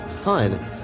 Fine